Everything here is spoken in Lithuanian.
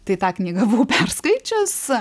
tai tą knygą buvau perskaičius